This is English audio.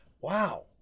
Wow